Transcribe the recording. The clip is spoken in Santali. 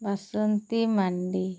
ᱵᱟᱥᱚᱱᱛᱤ ᱢᱟᱱᱰᱤ